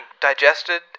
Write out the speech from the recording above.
digested